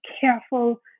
careful